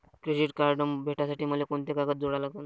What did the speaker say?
Credit card भेटासाठी मले कोंते कागद जोडा लागन?